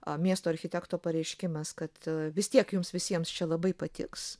a miesto architekto pareiškimas kad vis tiek jums visiems čia labai patiks